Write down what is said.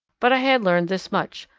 but i had learned this much,